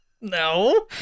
No